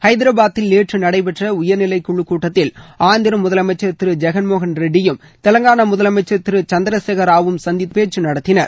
ஹைதராபாத்தில் நேற்று நளடபெற்ற உயர்நிலைக்குழுக்கூட்டத்தில் ஆந்திர முதலமைச்சர் திரு ஜெகன்மோகன் ரெட்டியும் தெவங்கானா முதலமைச்சர் திரு சந்திரசேகரராவும் சந்தித்து பேச்சு நடத்தினர்